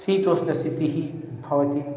शीतोष्णस्थितिः भवति